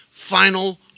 Final